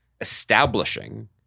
establishing